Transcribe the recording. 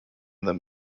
them